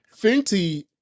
Fenty